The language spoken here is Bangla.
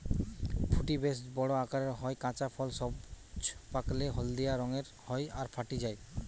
ফুটি বেশ বড় আকারের হয়, কাঁচা ফল সবুজ, পাকলে হলদিয়া রঙের হয় আর ফাটি যায়